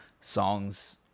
songs